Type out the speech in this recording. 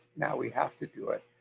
now, we have to do it.